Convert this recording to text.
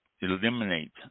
Eliminate